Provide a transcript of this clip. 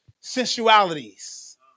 sensualities